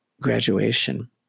graduation